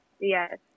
yes